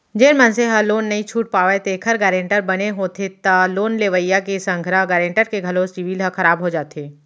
जेन मनसे ह लोन नइ छूट पावय तेखर गारेंटर बने होथे त लोन लेवइया के संघरा गारेंटर के घलो सिविल ह खराब हो जाथे